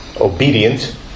obedient